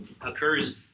occurs